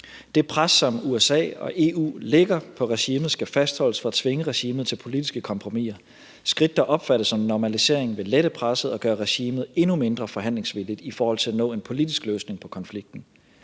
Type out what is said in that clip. Det pres, som USA og EU lægger på regimet, skal fastholdes for at tvinge regimet til politiske kompromiser. Skridt, der opfattes som en normalisering, vil lette presset og gøre regimet endnu mindre forhandlingsvilligt i forhold til at nå en politisk løsning på konflikten.